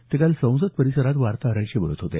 ते काल संसद परिसरात वार्ताहरांशी बोलत होते